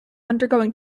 undergoing